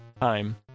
time